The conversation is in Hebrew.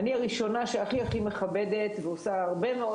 אני הראשונה שהכי מכבדת ועושה הרבה מאוד